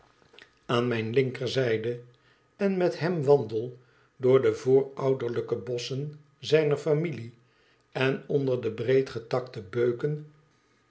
aan mijne linkerzijde en met hem wandel door de voorouderlijke bosschi zijner familie en onder de breedgetakte beuken